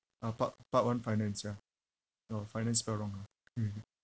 uh part part one finance ya your finance spell wrong ah mmhmm